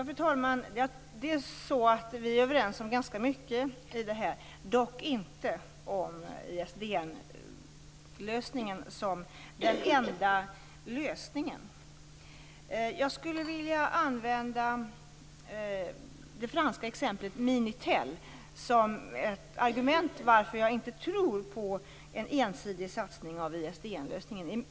Fru talman! Vi är överens om ganska mycket, dock inte att ISDN skulle vara den enda lösningen. Jag skulle vilja använda det franska exemplet Minitel som ett argument för att jag inte tror på en ensidig satsning på ISDN-lösningen.